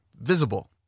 visible